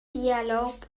dialog